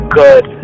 good